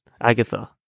Agatha